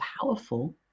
powerful